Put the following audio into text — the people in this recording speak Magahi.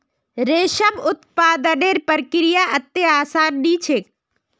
रेशम उत्पादनेर प्रक्रिया अत्ते आसान नी छेक